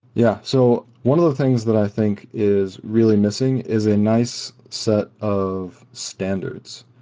yeah. so one of the things that i think is really missing is a nice set of standards,